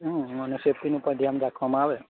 અને સેફ્ટીનું પણ ધ્યાન રાખવામાં આવે